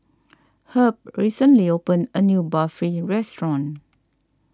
Herb recently opened a new Barfi restaurant